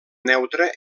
neutre